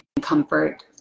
comfort